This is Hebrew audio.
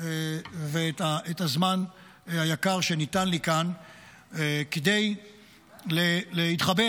ואת הזמן היקר שניתן לי כאן כדי להתחבר